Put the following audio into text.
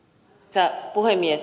arvoisa puhemies